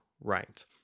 right